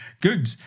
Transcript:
good